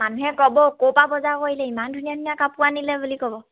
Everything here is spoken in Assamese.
মানুহে ক'ব ক'ৰপৰা বজাৰ কৰিলে ইমান ধুনীয়া ধুনীয়া কাপোৰ আনিলে বুলি ক'ব